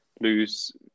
lose